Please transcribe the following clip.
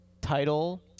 title